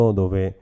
dove